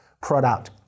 product